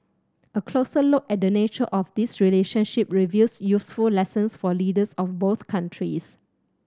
a closer look at the nature of this relationship reveals useful lessons for leaders of both countries